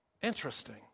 Interesting